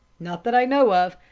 not that i know of,